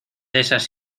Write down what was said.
esas